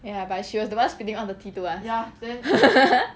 ya but she was the one spitting all the tea to us